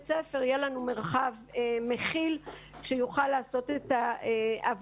ספר יהיה לנו מרחב מכיל שיוכל לעשות את העבודה